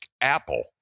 Apple